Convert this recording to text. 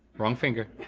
wrong finger.